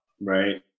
right